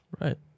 Right